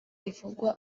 ivugwa